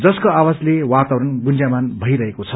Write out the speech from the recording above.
जसको आवाजले वातावरण गुज्रयमान भईरहेको छ